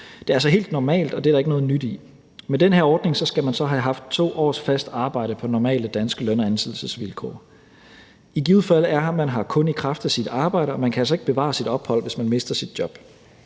Det er altså helt normalt, og der er ikke noget nyt i det. Med den her ordning skal man så have haft 2 års fast arbejde på normale danske løn- og ansættelsesvilkår. I givet fald er man her kun i kraft af sit arbejde, og man kan altså ikke bevare sit opholdsgrundlag, hvis man mister sit job.